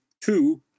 Two